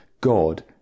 God